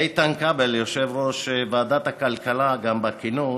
איתן כבל, יושב-ראש ועדת הכלכלה, בכינוס,